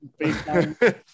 FaceTime